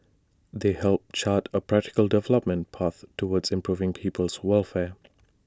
they help chart A practical development path towards improving people's welfare